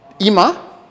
Ima